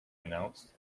announced